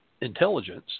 intelligence